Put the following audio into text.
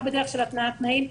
לא בדרך של התניית תנאים,